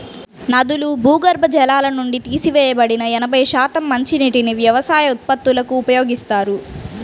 నదులు, భూగర్భ జలాల నుండి తీసివేయబడిన ఎనభై శాతం మంచినీటిని వ్యవసాయ ఉత్పత్తులకు ఉపయోగిస్తారు